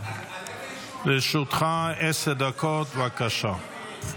לרשותך עשר דקות, בבקשה.